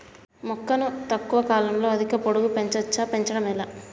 మొక్కను తక్కువ కాలంలో అధిక పొడుగు పెంచవచ్చా పెంచడం ఎలా?